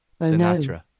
Sinatra